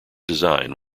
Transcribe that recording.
design